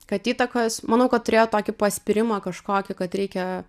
kad įtakos manau kad turėjo tokį paspyrimą kažkokį kad reikia